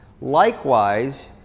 Likewise